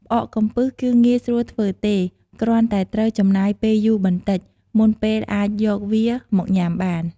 ផ្អកកំពឹសគឺងាយស្រួលធ្វើទេ គ្រាន់តែត្រូវចំណាយពេលយូរបន្តិច មុនពេលអាចយកវាមកញុំាបាន។